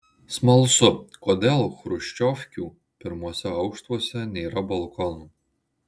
smalsu kodėl chruščiovkių pirmuose aukštuose nėra balkonų